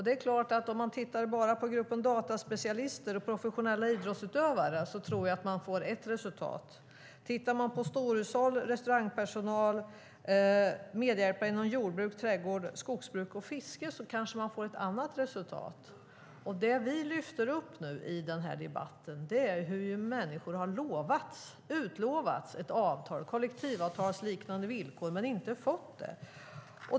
Det är klart att om man tittar på bara gruppen dataspecialister och professionella idrottsutövare tror jag att man får ett resultat. Tittar man på storhushåll, restaurangpersonal, medhjälpare inom jordbruk, trädgård, skogsbruk och fiske kanske man får ett annat resultat. Det vi lyfter upp i den här debatten är hur människor har utlovats kollektivavtalsliknande villkor men inte fått det.